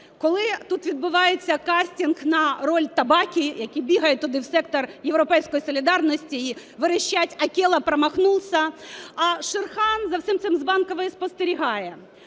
Коли тут відбувається кастинг на роль Табакі, який бігає туди в сектор "Європейської солідарності" і верещить: Акела промахнулся! А Шерхан за всім цим з Банкової спостерігає.